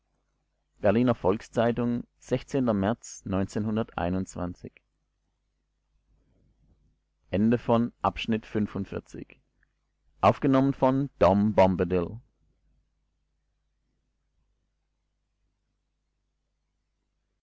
berliner volks-zeitung märz